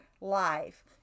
life